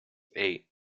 eight